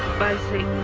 by satan,